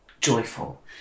joyful